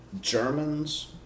Germans